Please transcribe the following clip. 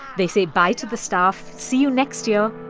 they say bye to the staff. see you next year